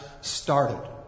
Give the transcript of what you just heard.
started